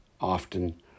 often